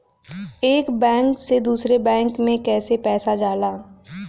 एक बैंक से दूसरे बैंक में कैसे पैसा जाला?